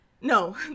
no